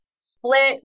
split